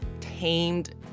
tamed